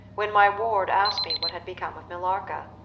when my ward asked me what had become of millarca.